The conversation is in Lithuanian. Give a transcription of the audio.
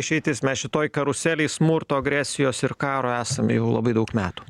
išeitis mes šitoj karuselėj smurto agresijos ir karo esam jau labai daug metų